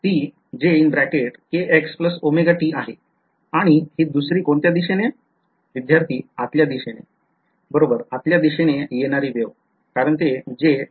ती आहे आणि हि दुसरी विध्यार्थी आतल्या दिशेने आतल्या दिशेने येणारी वेव कारण ते आहे